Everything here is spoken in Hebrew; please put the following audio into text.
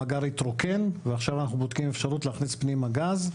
המאגר התרוקן ועכשיו אנחנו בודקים אפשרות להכניס פנימה גז,